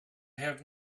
have